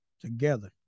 together